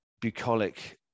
bucolic